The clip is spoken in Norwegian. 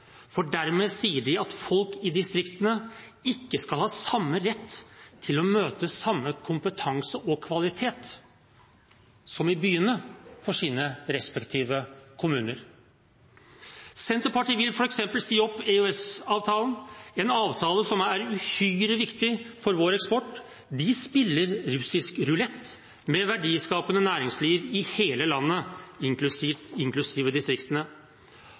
for dermed sier de at folk i distriktene ikke skal ha samme rett til å møte samme kompetanse og kvalitet som i byene, i sine respektive kommuner. Senterpartiet vil f.eks. si opp EØS-avtalen, en avtale som er uhyre viktig for vår eksport. De spiller russisk rulett med verdiskapende næringsliv i hele landet, inklusive distriktene.